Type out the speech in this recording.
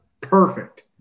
perfect